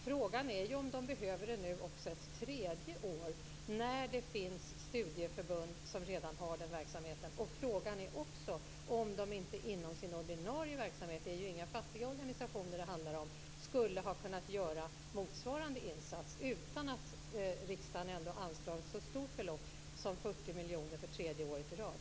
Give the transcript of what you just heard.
Frågan är om pengarna behövs också ett tredje år när det finns studieförbund som redan har den här verksamheten. Frågan är också om de inte inom sin ordinarie verksamhet - det handlar ju inte om fattiga organisationer - skulle ha kunnat göra motsvarande insats utan att riksdagen anslår ett så stort belopp som 40 miljoner kronor för tredje året i rad.